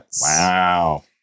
Wow